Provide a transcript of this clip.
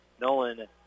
Nolan